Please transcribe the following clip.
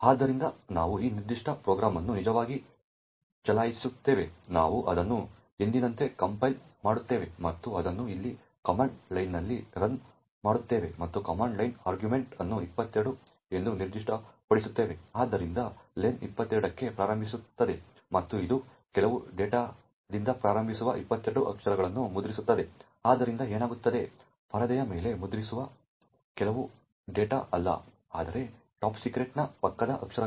ಆದ್ದರಿಂದ ನಾವು ಈ ನಿರ್ದಿಷ್ಟ ಪ್ರೋಗ್ರಾಂ ಅನ್ನು ನಿಜವಾಗಿ ಚಲಾಯಿಸುತ್ತೇವೆ ನಾವು ಅದನ್ನು ಎಂದಿನಂತೆ ಕಂಪೈಲ್ ಮಾಡುತ್ತೇವೆ ಮತ್ತು ಅದನ್ನು ಇಲ್ಲಿ ಕಮಾಂಡ್ ಲೈನ್ನಲ್ಲಿ ರನ್ ಮಾಡುತ್ತೇವೆ ಮತ್ತು ಕಮಾಂಡ್ ಲೈನ್ ಆರ್ಗ್ಯುಮೆಂಟ್ ಅನ್ನು 22 ಎಂದು ನಿರ್ದಿಷ್ಟಪಡಿಸುತ್ತೇವೆ ಆದ್ದರಿಂದ ಲೆನ್ 22 ಕ್ಕೆ ಪ್ರಾರಂಭಿಸುತ್ತದೆ ಮತ್ತು ಇದು ಕೆಲವು ಡೇಟಾದಿಂದ ಪ್ರಾರಂಭವಾಗುವ 22 ಅಕ್ಷರಗಳನ್ನು ಮುದ್ರಿಸುತ್ತದೆ ಆದ್ದರಿಂದ ಏನಾಗುತ್ತದೆ ಪರದೆಯ ಮೇಲೆ ಮುದ್ರಿತವು ಕೇವಲ ಕೆಲವು ಡೇಟಾ ಅಲ್ಲ ಆದರೆ ಟಾಪ್ ಸೀಕ್ರೆಟ್ ನ ಪಕ್ಕದ ಅಕ್ಷರಗಳು